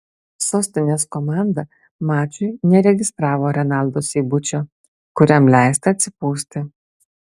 sostinės komanda mačui neregistravo renaldo seibučio kuriam leista atsipūsti